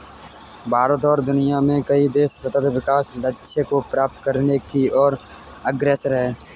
भारत और दुनिया में कई देश सतत् विकास लक्ष्य को प्राप्त करने की ओर अग्रसर है